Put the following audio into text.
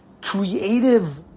creative